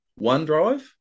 OneDrive